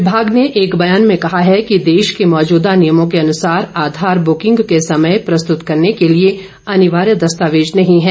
विभाग ने एक बयान में कहा है कि देश के मौजूदा नियमों के अनुसार आधार बूकिंग के समय प्रस्तृत करने के लिए अनिवार्य दस्तावेज नहीं है